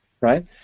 right